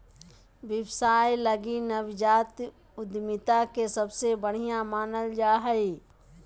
व्यवसाय लगी नवजात उद्यमिता के सबसे बढ़िया मानल जा हइ